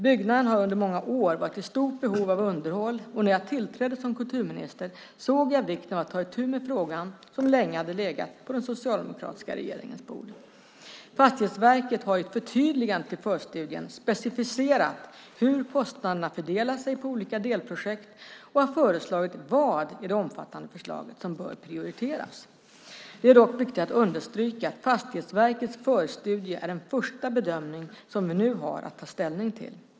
Byggnaden har under många år varit i stort behov av underhåll, och när jag tillträdde som kulturminister såg jag vikten av att ta itu med frågan som länge hade legat på den socialdemokratiska regeringens bord. Fastighetsverket har i ett förtydligande till förstudien specificerat hur kostnaderna fördelar sig på olika delprojekt och har föreslagit vad i det omfattande förslaget som bör prioriteras. Det är dock viktigt att understryka att Fastighetsverkets förstudie är en första bedömning som vi nu har att ta ställning till.